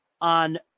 on